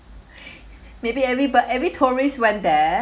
maybe every but every tourist went there